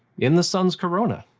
in the sun's corona.